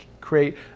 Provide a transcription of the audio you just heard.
create